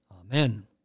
Amen